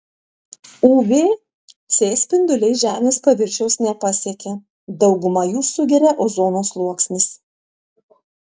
uv c spinduliai žemės paviršiaus nepasiekia daugumą jų sugeria ozono sluoksnis